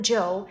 Joe